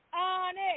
Onyx